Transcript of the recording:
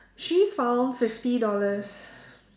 she found fifty dollars